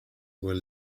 were